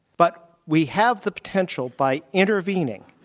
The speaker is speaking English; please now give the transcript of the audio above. but we have the potential by intervening,